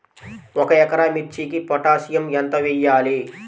ఒక ఎకరా మిర్చీకి పొటాషియం ఎంత వెయ్యాలి?